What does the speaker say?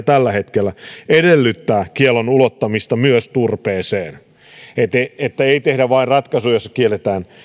tällä hetkellä edellyttävät kiellon ulottamista myös turpeeseen niin että ei tehdä vain ratkaisua jossa kielletään